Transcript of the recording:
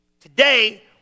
Today